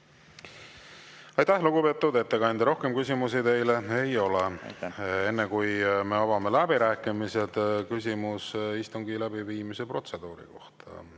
Aitäh, lugupeetud ettekandja! Rohkem küsimusi teile ei ole. Enne, kui me avame läbirääkimised, on küsimus istungi läbiviimise protseduuri ja